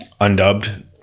undubbed